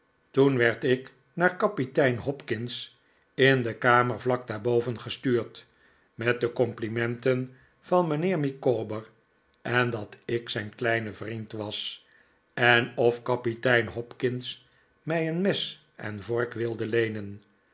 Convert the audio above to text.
toen werd ik naar kapitein hopkins in de kamer vlak daarboven gestuurd met de complimenten van mijnheer micawber en dat ik zijn kleine vriend was en of kapitein hopkins mij een mes en vork wilde leenen